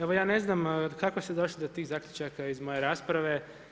Evo, ja ne znam, kako ste došli do tih zaključaka iz moje rasprave.